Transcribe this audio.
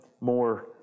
more